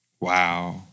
Wow